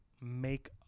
make